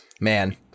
Man